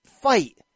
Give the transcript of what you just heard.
fight